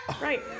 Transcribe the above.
Right